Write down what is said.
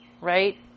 right